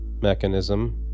mechanism